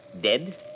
Dead